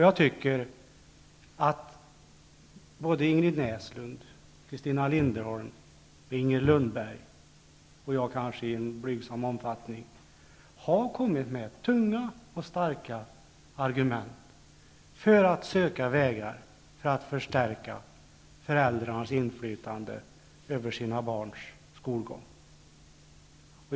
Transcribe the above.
Jag tycker att både Ingrid Näslund, Christina Linderholm, Inger Lundberg, och i någon mån jag själv, har kommit med tunga och starka argument för att söka vägar att förstärka föräldrarnas inflytande över sina barns skolgång.